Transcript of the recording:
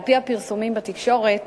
1. על-פי הפרסומים בתקשורת,